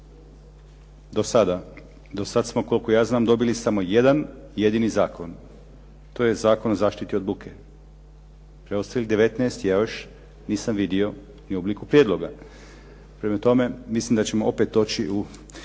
do sada? Do sad smo, koliko ja znam, dobili samo jedan jedini zakon, to je Zakon o zaštiti od buke. Preostalih 19 ja još nisam vidio ni u obliku prijedloga. Prema tome, mislim da ćemo opet doći u